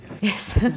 Yes